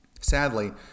Sadly